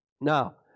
Now